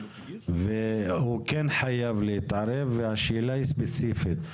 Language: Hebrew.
והוא כן חייב להתערב והשאלה היא ספציפית.